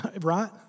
Right